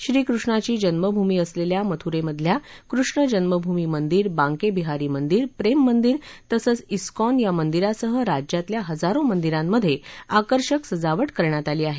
श्रीकृष्णाची जन्मभूमी असलेल्या मथुरेमधल्या कृष्ण जन्मभूमी मंदिर बांके बिहारी मंदिर प्रेम मंदिर तसंच िक्वॉन या मंदिरासह राज्यातल्या हजारो मंदिरांमध्ये आकर्षक सजावट करण्यात आली आहे